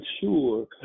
sure